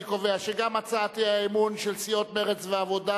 אני קובע שגם הצעת האי-אמון של סיעות מרצ והעבודה